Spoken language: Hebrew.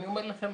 אני אומר לכם,